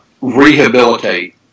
rehabilitate